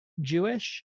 Jewish